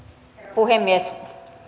puhemies